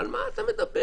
על מה אתה מדבר?